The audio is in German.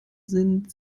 sind